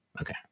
Okay